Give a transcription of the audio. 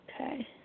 Okay